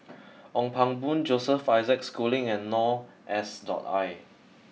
Ong Pang Boon Joseph Isaac Schooling and Noor S dot I